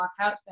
workouts